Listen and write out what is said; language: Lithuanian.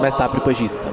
mes tą pripažįstam